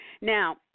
Now